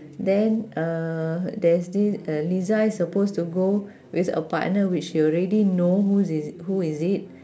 then uh there's this uh liza is supposed to go with a partner which she already know whose is who is it